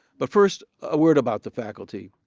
but first a word about the faculty.